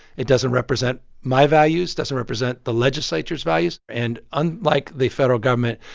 it doesn't represent my values, doesn't represent the legislature's values. and unlike the federal government,